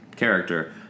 character